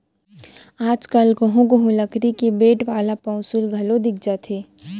आज कल कोहूँ कोहूँ लकरी के बेंट वाला पौंसुल घलौ दिख जाथे